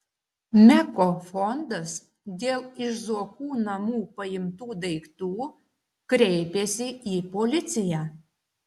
meko fondas dėl iš zuokų namų paimtų daiktų kreipėsi į policiją